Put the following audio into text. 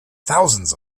thousands